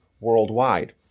worldwide